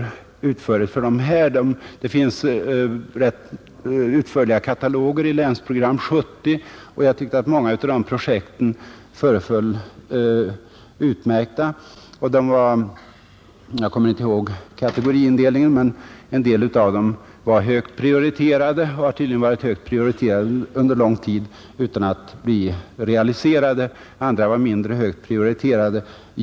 I Länsprogram 70 finns det ganska utförliga kataloger om det, och många av de projekten tycker jag verkar utmärkta. Jag kommer inte ihåg kategoriindelningen, men en del av dem var högt prioriterade och har tydligen varit det under lång tid utan att bli realiserade. Andra var mindre högt prioriterade.